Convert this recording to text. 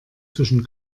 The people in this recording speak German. zwischen